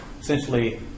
essentially